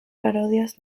parodias